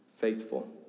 Faithful